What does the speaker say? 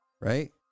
Right